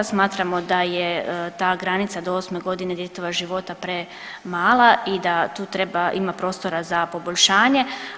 Smatramo da je ta granica do 8 godine djetetova života premala i da tu treba, ima prostora za poboljšanje.